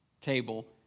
table